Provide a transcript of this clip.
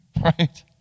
right